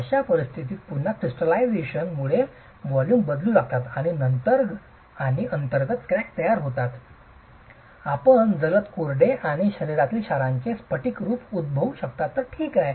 अशा परिस्थितीत पुन्हा क्रिस्टलायझेशन मुळे व्हॉल्यूम बदलू लागतात आणि अंतर्गत क्रॅक तयार होतात आपण जलद कोरडे आणि शरीरातील क्षारांचे स्फटिकरुप उद्भवू शकतात तर ठीक आहे